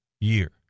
year